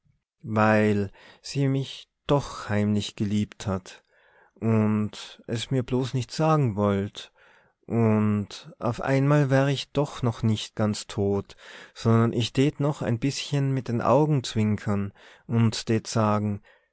weil se mich doch heimlich geliebt hat und es mir bloß nicht sagen wollt und auf einmal wär ich doch noch nicht ganz tot sondern ich tät noch e bißchen mit den augen zwinkern und tät sagen